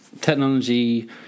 technology